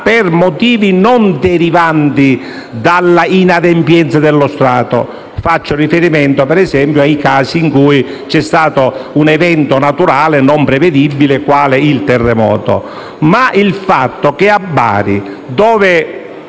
per motivi non derivanti dalla inadempienza dello Stato. Faccio riferimento, per esempio, ai casi in cui c'è stato un evento naturale non prevedibile come il terremoto. Tuttavia, il fatto che a Bari la